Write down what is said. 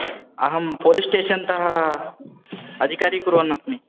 अहं police station तः अधिकारी कुर्वन्नस्मि